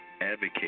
Advocate